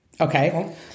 Okay